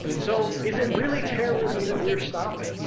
so is it really terrorism that we're stopping?